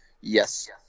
Yes